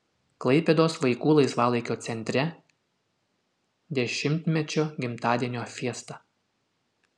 klaipėdos vaikų laisvalaikio centre dešimtmečio gimtadienio fiesta